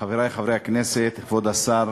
חברי חברי הכנסת, כבוד השר,